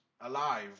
alive